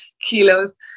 kilos